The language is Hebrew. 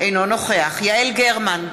אינו נוכח יעל גרמן,